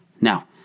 Now